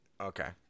Okay